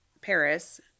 Paris